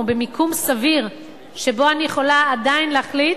במיקום סביר שבו אני יכולה עדיין להחליט,